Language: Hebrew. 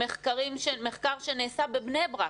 מחקר שנעשה בבני ברק,